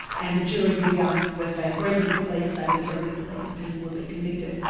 and the jury would be asked whether they agreed with the police. they would agree with the police and people would be convicted.